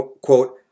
quote